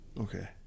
Okay